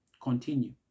Continue